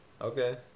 Okay